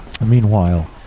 Meanwhile